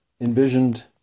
envisioned